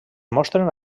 mostren